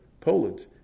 Poland